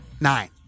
Nine